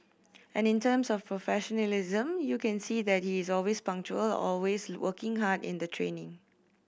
and in terms of professionalism you can see that he is always punctual always working hard in the training